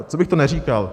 Co bych to neříkal?